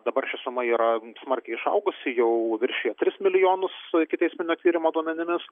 dabar ši suma yra smarkiai išaugusi jau viršyja tris milijonus ikiteisminio tyrimo duomenimis